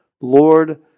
Lord